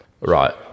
Right